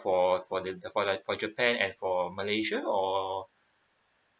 for for the for the for japan and for malaysia or